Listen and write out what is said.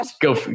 go